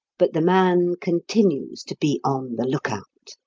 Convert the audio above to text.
but the man continues to be on the look-out.